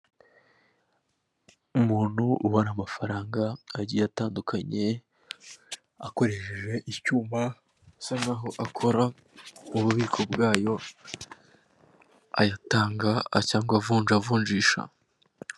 umuntu ubara amafaranga agiye atandukanye akoresheje icyuma, asa n'aho akora ububiko bwayo, ayatanga cyangwa avunja, avunjisha.